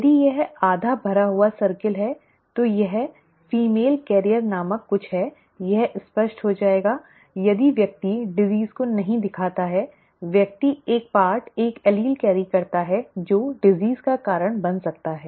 यदि यह आधा भरा हुआ चक्र है तो यह महिला वाहक नामक कुछ है यह स्पष्ट हो जाएगा यदि व्यक्ति बीमारी को नहीं दिखाता है व्यक्ति एक भाग एक एलील कैरी करता है जो रोग का कारण बन सकता है